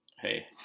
Hey